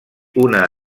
una